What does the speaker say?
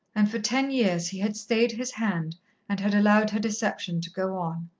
and for ten years he had stayed his hand and had allowed her deception to go on.